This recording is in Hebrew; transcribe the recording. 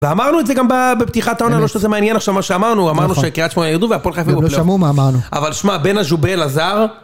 ואמרנו את זה גם בפתיחת העונה, אני לא חושב שזה מעניין עכשיו מה שאמרנו, אמרנו שקריית שמונה ירדו והפועל חיפה ב... לא שמעו מה אמרנו אבל שמע, בין הז'ובה לזר